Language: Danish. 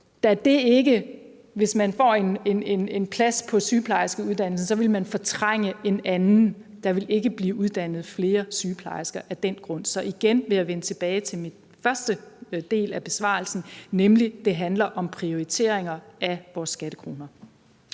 Hvis man får en plads på sygeplejerskeuddannelsen, ville man fortrænge en anden. Der ville ikke blive uddannet flere sygeplejersker af den grund. Så igen vil jeg vende tilbage til den første del af min besvarelse, nemlig at det handler om prioriteringer af vores skattekroner.